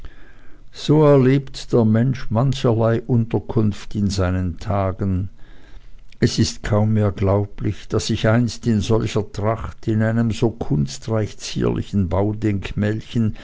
so erlebt der mensch mancherlei unterkunft in seinen tagen es ist mir kaum mehr glaublich daß ich einst in solcher tracht in einem so kunstreich zierlichen baudenkmälchen